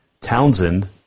Townsend